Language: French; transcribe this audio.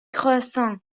croissant